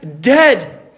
dead